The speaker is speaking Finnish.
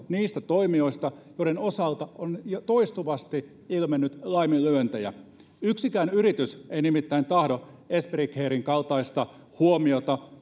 niistä toimijoista joiden osalta on toistuvasti ilmennyt laiminlyöntejä yksikään yritys ei nimittäin tahdo esperi caren kaltaista huomiota